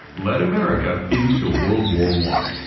led america into world war one.